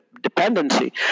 dependency